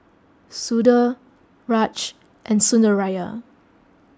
Sudhir Raj and Sundaraiah